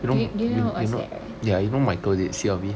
do you know what I said right